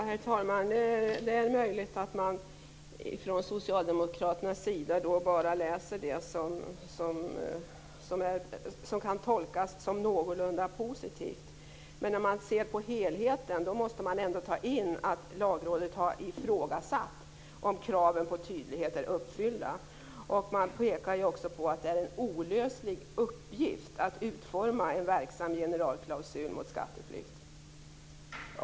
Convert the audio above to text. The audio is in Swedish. Herr talman! Det är möjligt att man från socialdemokraternas sida bara läser det som kan tolkas som någorlunda positivt. Men när man ser på helheten måste man ändå ta in att Lagrådet har ifrågasatt om kraven på tydlighet är uppfyllda. Man pekar också på att det är en olöslig uppgift att utforma en verksam generalklausul mot skatteflykt.